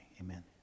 Amen